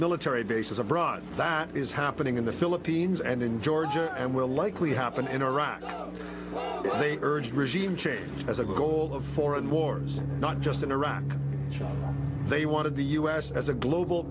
military bases abroad that is happening in the philippines and in georgia and will likely happen in iran urged regime change as a goal of foreign wars not just in iraq they wanted the us as a global